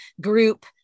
group